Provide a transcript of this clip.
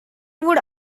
would